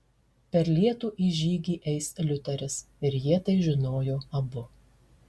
per lietų į žygį eis liuteris ir jie tai žinojo abu